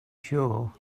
sure